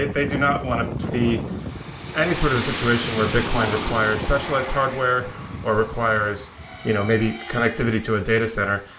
they do not want to see any sort of a situation where bitcion requires specialized hardware or requires you know maybe connectivity to a data center.